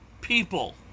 people